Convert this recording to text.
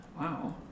Wow